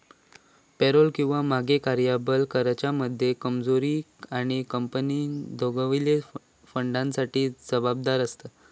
payroll किंवा मगे कर्यबल कराच्या मध्ये कर्मचारी आणि कंपनी दोघवले फंडासाठी जबाबदार आसत